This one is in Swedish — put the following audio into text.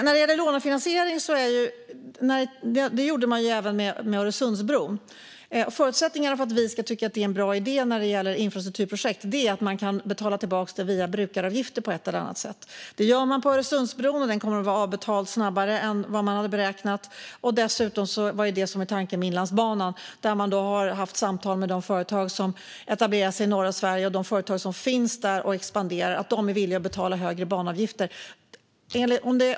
När det gäller lånefinansiering gjorde man det med Öresundsbron. Förutsättningarna för att vi ska tycka att det är en bra idé för infrastrukturprojekt är att man kan betala tillbaka det via brukaravgifter på ett eller annat sätt. Det gör man på Öresundsbron, och den kommer att vara avbetald snabbare än vad man hade beräknat. Det var tanken också med Inlandsbanan. Man har haft samtal med företag som har etablerat sig och expanderar i norra Sverige, och de är villiga att betala högre banavgifter.